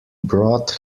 brought